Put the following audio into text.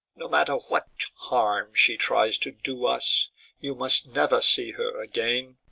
no matter what harm she tries to do us you must never see her again.